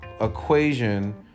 equation